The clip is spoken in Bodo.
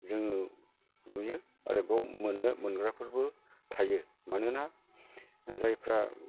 जों नुयो आरो बेयाव मोनग्राफोरबो थायो मानोना जायफ्रा